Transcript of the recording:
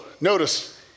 notice